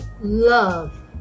Love